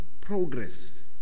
progress